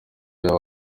yaba